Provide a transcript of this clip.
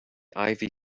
ivy